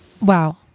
Wow